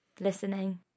listening